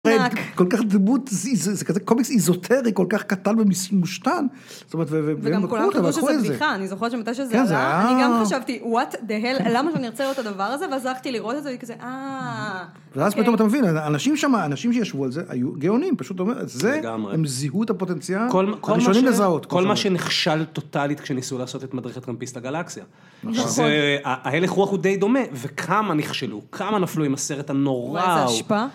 כל כך דמות, זה כזה קומיקס איזוטרי, כל כך קטן ומושטן. וגם כולם חשבו שזה בדיחה, אני זוכרת שמתי שזה עלה, אני גם חשבתי, what the hell, למה שאני רוצה לראות את הדבר הזה, ואז הלכתי לראות את זה, וכזה, אה... ואז פתאום אתה מבין, אנשים שישבו על זה היו גאונים, פשוט אומר, הם זיהו את הפוטנציאל, הראשונים לזהות. כל מה שנכשל טוטלית כשניסו לעשות את מדריך הטרמפיסט לגלאקסיה. נכון. שההלך רוח הוא די דומה, וכמה נכשלו, כמה נפלו עם הסרט הנורא ההוא. וואי, איזה השפעה.